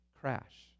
crash